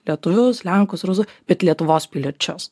lietuvius lenkus rusų bet lietuvos piliečius